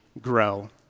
grow